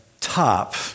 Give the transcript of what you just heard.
top